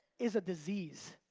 is a disease.